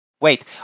Wait